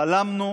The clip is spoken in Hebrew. חלמנו